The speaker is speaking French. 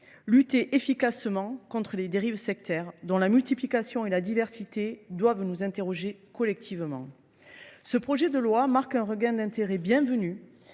lutter efficacement contre les dérives sectaires, dont la multiplication et la diversité doivent nous interroger collectivement. Ce projet de loi marque un regain d’intérêt bienvenu